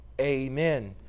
Amen